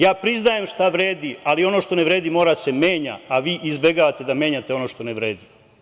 Ja priznajem šta vredi, ali ono što ne vredi mora da se menja, a vi izbegavate da menjate ono što ne vredi.